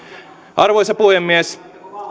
arvoisa puhemies